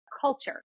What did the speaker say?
culture